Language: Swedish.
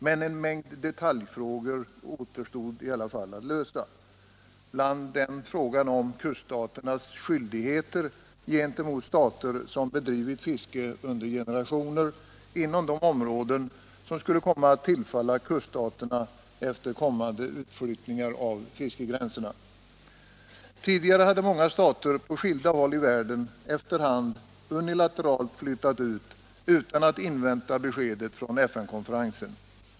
Men en mängd detaljfrågor återstod att lösa, bland dem frågan om kuststaternas skyldigheter gentemot stater som bedrivit fiske under generationer inom de områden som skulle komma att tillfalla kuststaterna efter kommande utflyttning av fiskegränserna. Tidigare hade många stater på skilda håll i världen efter hand unilateralt flyttat ut sina gränser utan att invänta besked från FN-konferensen.